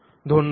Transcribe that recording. ধন্যবাদ